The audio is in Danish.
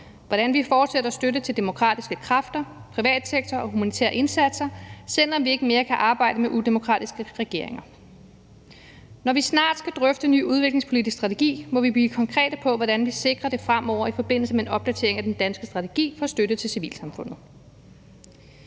hvordan vi fortsætter støtten til demokratiske kræfter, privatsektoren og humanitære indsatser, selv om vi ikke længere kan arbejde med udemokratiske regeringer. Når vi snart skal drøfte en ny udviklingspolitisk strategi, må vi blive konkrete på, hvordan vi sikrer det fremover i forbindelse med en opdatering af den danske strategi for støtte til civilsamfundet.